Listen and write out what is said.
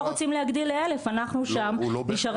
אתה בא ואומר יש חלק